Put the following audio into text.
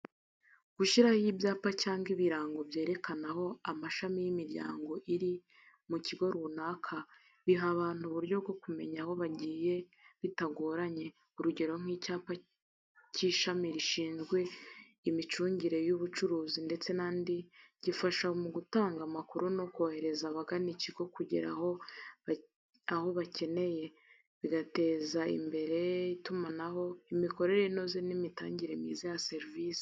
Gushyiraho ibyapa cyangwa ibirango byerekana aho amashami y’imiryango iri mu kigo runaka biha abantu uburyo bwo kumenya aho bagiye bitagoranye. Urugero nk’icyapa cy’ishami rishinzwe imicungire y’ubucuruzi ndetse n’andi gifasha mu gutanga amakuru no korohereza abagana ikigo kugera aho bakeneye, bigateza imbere itumanaho, imikorere inoze n’imitangire myiza ya serivisi.